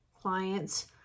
clients